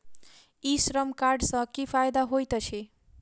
ई Shram card सँ की फायदा होइत अछि?